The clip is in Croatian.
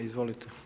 Izvolite.